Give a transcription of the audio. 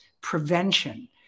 prevention